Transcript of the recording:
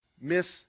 miss